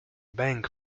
bank